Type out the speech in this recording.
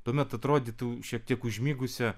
tuomet atrodytų šiek tiek užmigusią